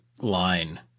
line